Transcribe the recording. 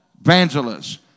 evangelists